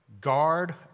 Guard